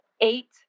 eight